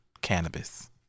cannabis